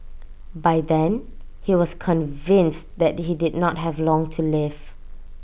by then he was convinced that he did not have long to live